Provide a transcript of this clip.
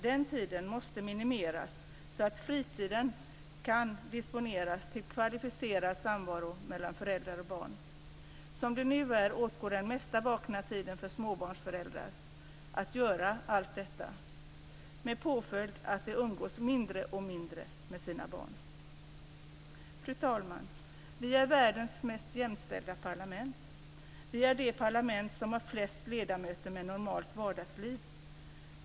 Den tiden måste minimeras så att fritiden kan disponeras till kvalificerad samvaro mellan föräldrar och barn. Som det nu är åtgår den mesta vakna tiden för småbarnsföräldrar att göra allt detta hushållsarbete med påföljd att de umgås mindre och mindre med sina barn. Fru talman! Vi har världens mest jämställda parlament. Vi är det parlament som har flest ledamöter med normalt vardagsliv.